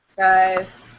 guys.